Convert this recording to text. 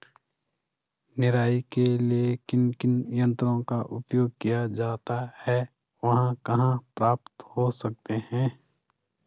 निराई के लिए किन किन यंत्रों का उपयोग किया जाता है वह कहाँ प्राप्त हो सकते हैं?